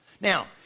Now